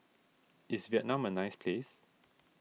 is Vietnam a nice place